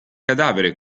cadavere